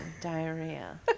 Diarrhea